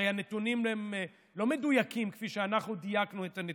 הרי הנתונים הם לא מדויקים כפי שאנחנו דייקנו את הנתונים,